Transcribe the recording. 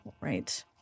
right